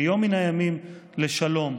ביום מן הימים, לשלום.